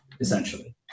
essentially